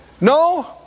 No